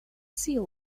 sea